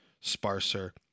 sparser